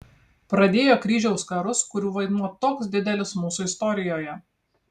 pradėjo kryžiaus karus kurių vaidmuo toks didelis mūsų istorijoje